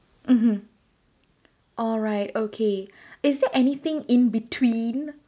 mmhmm alright okay is there anything in between